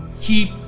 keep